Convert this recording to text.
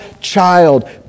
child